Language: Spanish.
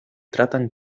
tratan